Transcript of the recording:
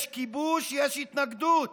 יש כיבוש, יש התנגדות,